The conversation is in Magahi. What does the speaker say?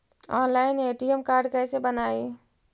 ऑनलाइन ए.टी.एम कार्ड कैसे बनाई?